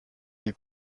les